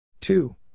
two